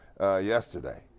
Yesterday